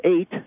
eight